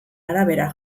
arabera